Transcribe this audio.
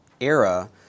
era